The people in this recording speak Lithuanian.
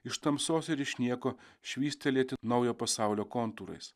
iš tamsos ir iš nieko švystelėti naujo pasaulio kontūrais